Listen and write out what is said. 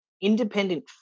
independent